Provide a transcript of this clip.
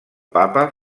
papa